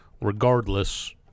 regardless